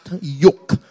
yoke